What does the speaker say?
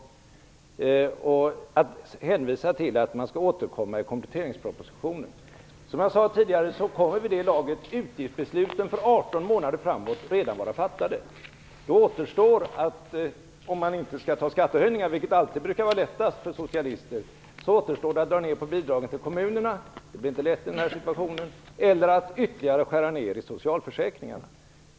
Finansministern hänvisar till att man skall återkomma i kompletteringspropositionen. Som jag sade tidigare, kommer vid det laget utgiftsbesluten för 18 månader framåt redan att vara fattade. Om man inte skall ta till skattehöjningar, vilket alltid brukar vara lättast för socialister, återstår att dra ned på bidragen till kommunerna - det blir inte lätt i den här situationen - eller att ytterligare skära i socialförsäkringarna.